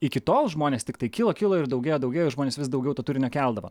iki tol žmonės tiktai kilo kilo ir daugėjo daugėjo žmonės vis daugiau turinio keldavo